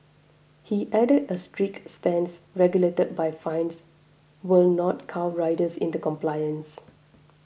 he added a strict stance regulated by fines will not cow riders into compliance